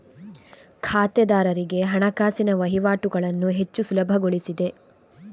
ಖಾತೆದಾರರಿಗೆ ಹಣಕಾಸಿನ ವಹಿವಾಟುಗಳನ್ನು ಹೆಚ್ಚು ಸುಲಭಗೊಳಿಸಿದೆ